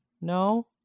no